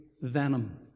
venom